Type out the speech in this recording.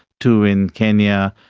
two in kenya,